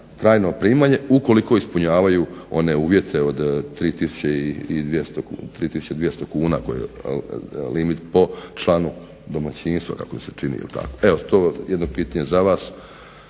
trajno primanje ukoliko ispunjavaju one uvjete od 3200 kuna koji je limit po članu domaćinstva kako mi se čini. Evo to jedno pitanje za vas.